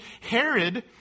Herod